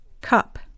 Cup